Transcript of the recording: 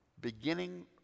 beginning